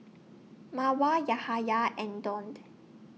Mawar Yahaya and Daud